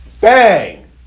Bang